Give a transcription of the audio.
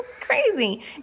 Crazy